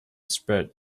spread